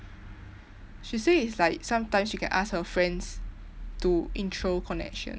she say it's like sometimes she can ask her friends to intro connections